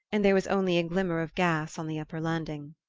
and there was only a glimmer of gas on the upper landing.